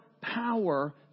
power